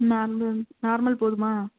normal normal போதுமா